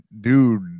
dude